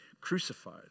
crucified